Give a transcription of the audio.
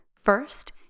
First